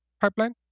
pipeline